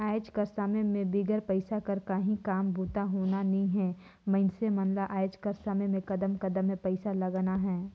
आएज कर समे में बिगर पइसा कर काहीं काम बूता होना नी हे मइनसे मन ल आएज कर समे में कदम कदम में पइसा लगना हे